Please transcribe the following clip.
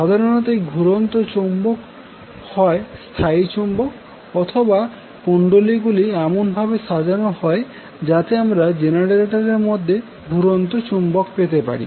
সাধারণত এই ঘুরন্ত চৌম্বক হয় স্থায়ী চুম্বক অথবা কুণ্ডলী গুলি এমন ভাবে সাজানো হয় যাতে আমরা জেনারেটরের মধ্যে ঘুরন্ত চৌম্বক পেতে পারি